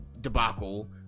debacle